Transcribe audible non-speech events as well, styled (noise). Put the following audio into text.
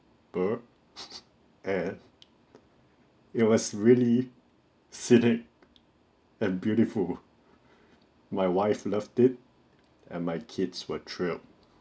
burj (laughs) and it was really scenic and beautiful my wife loved it and my kids were thrilled